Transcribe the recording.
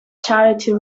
charity